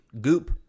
goop